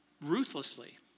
ruthlessly